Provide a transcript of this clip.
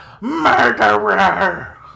murderer